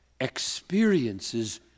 experiences